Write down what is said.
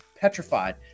petrified